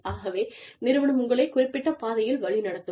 ஆகவே நிறுவனம் உங்களை குறிப்பிட்ட பாதையில் வழிநடத்தும்